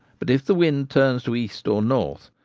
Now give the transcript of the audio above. but, if the wind turns to east or north,